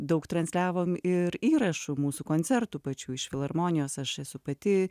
daug transliavom ir įrašų mūsų koncertų pačių iš filharmonijos aš esu pati